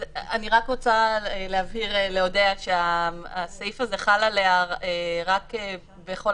אני רק רוצה להבהיר לאודיה שהסעיף הזה חל עליה רק בכל